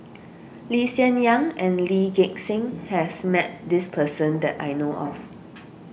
Lee Hsien Yang and Lee Gek Seng has met this person that I know of